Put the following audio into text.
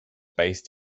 based